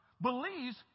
believes